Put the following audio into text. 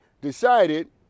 decided